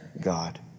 God